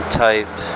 type